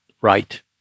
right